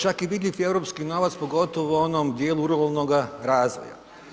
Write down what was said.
Čak je vidljiv i europski nalaz, pogotovo u onom dijelu ruralnoga razvoja.